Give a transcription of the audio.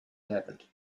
happened